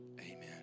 amen